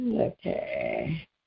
Okay